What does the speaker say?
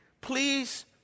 please